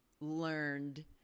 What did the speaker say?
learned